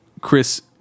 Chris